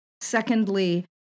Secondly